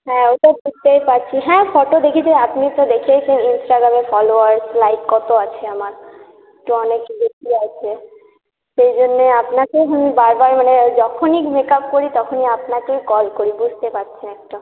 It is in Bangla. হ্যাঁ সেটা বুঝতেই পারছি হ্যাঁ ফটো দেখি তো আপনি তো দেখেইছেন ইনস্টাগ্রামে ফলোয়ার লাইক কত আছে আমার তো অনেক বেশি আছে সেই জন্যে আপনাকে বারবার মানে যখনই মেকআপ করি তখনই আপনাকেই কল করি বুঝতে পারছেন একটা